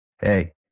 Hey